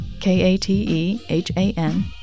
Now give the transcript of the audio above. K-A-T-E-H-A-N